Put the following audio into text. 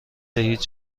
هیچ